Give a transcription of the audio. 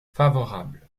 favorable